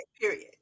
period